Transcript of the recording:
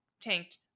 tanked